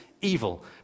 Evil